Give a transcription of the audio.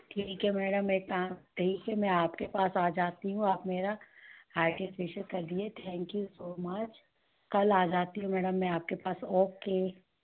ठीक है मैडम मै एक काम करती हूँ मैं आपके पास आ जाती हूँ आप मेरा हाइड्रा फिशियल कर दीजिए थैंक यू सो मच कल आ जाती हूँ मैडम मैं आपके पास वो